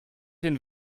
den